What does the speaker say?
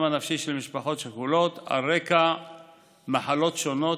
הנפשי של משפחות שכולות על רקע מחלות שונות,